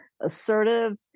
assertive